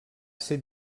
ser